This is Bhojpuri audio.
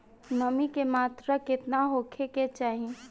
नमी के मात्रा केतना होखे के चाही?